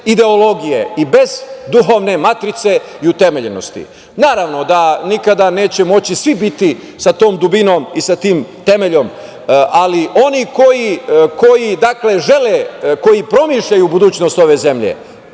ideologije i bez duhovne matrice i utemeljenosti. Naravno da nikada neće moći svi biti sa tom dubinom i sa tim temeljom, ali oni koji žele, koji promišljaju budućnost ove zemlje